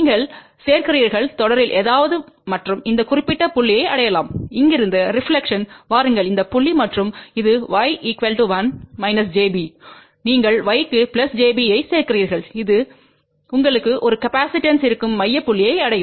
நீங்கள் சேர்க்கிறீர்கள் தொடரில் ஏதாவது மற்றும் இந்த குறிப்பிட்ட புள்ளியை அடையலாம் இங்கிருந்து ரெப்லக்க்ஷன்பு வாருங்கள் இந்த புள்ளி மற்றும் இது y 1 jb நீங்கள் y க்கு jb ஐ சேர்க்கிறீர்கள் அது உங்களுக்கு ஒரு காப்பாசிட்டன்ஸ் இருக்கும் மைய புள்ளியை அடையும்